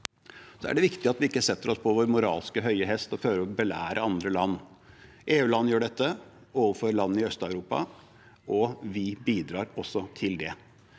Så er det viktig at vi ikke setter oss på vår høye moralske hest for å belære andre land. EU-land gjør dette overfor land i Øst-Europa, og vi bidrar også til det.